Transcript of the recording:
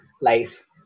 life